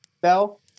bell